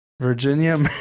Virginia